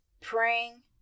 praying